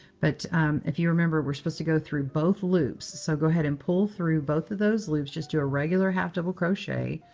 but if you remember, we're supposed to go through both loops. so go ahead and pull through both of those loops. just do a regular half double crochet.